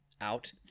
out